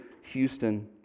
Houston